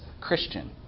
Christian